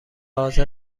حاضر